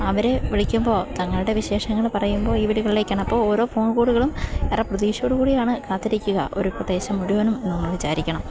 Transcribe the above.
അവരെ വിളിക്കുമ്പോള് തങ്ങളുടെ വിശേഷങ്ങള് പറയുമ്പോള് ഈ വീടുകളിലേക്കാണ് അപ്പോള് ഓരോ ഫോൺ കോളുകളും ഏറെ പ്രതീക്ഷയോടുകൂടിയാണ് കാത്തിരിക്കുക ഒരു പ്രദേശം മുഴുവനുമെന്ന് വിചാരിക്കണം